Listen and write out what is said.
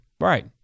Right